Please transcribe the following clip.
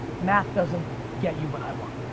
math doesn't get you what i want.